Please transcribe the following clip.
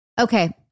Okay